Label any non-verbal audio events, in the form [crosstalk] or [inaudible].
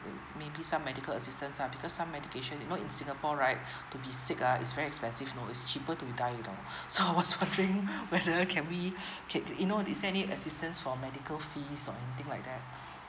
maybe some medical assistance lah because some medication even in singapore right to be sick uh is very expensive you know it's cheaper to die you know so [laughs] I was wondering whether can we can you know is there any assistance for medical fees or anything like that